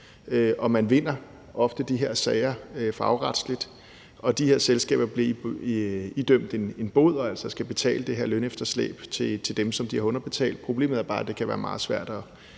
man vinder ofte de her sager fagretligt, og de her selskaber bliver idømt en bod og skal altså betale det her lønefterslæb til dem, som de har underbetalt. Problemet er bare, at det kan være meget svært at